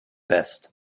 best